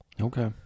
okay